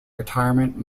retirement